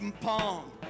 palm